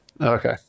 Okay